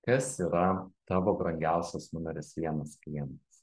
kas yra tavo brangiausias numeris vienas klientas